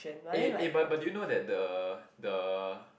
eh eh but but do you know that the the